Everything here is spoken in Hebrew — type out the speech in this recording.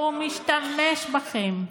הוא משתמש בכם.